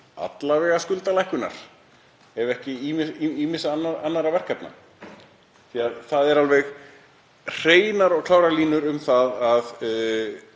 alla vega skuldalækkunar, ef ekki til ýmissa annarra verkefna. Það eru alveg hreinar og klárar línur að